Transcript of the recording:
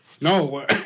No